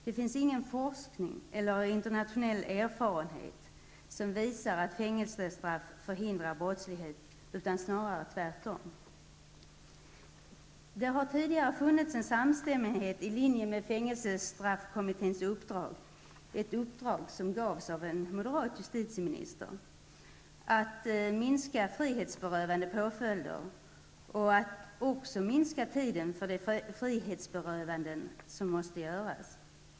Det finns ingen forskning eller internationell erfarenhet som visar att fängelsestraff förhindrar brottslighet, utan det är snarare tvärtom. Det har tidigare funnits en samstämmighet i linje med fängelsestraffkommitténs uppdrag, som gavs av en moderat justitieminister, att minska frihetsberövande påföljder och att minska tiden för de frihetsberövanden som måste göras.